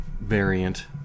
variant